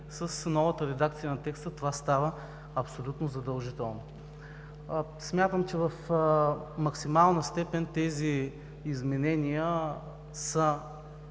С новата редакция на текста това става абсолютно задължително. Смятам, че в максимална степен тези изменения са